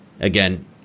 again